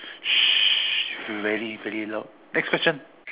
shh you very very loud next question